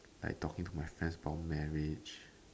like talking to my friends about marriage